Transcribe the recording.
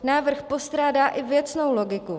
Návrh postrádá i věcnou logiku.